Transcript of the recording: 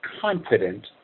confident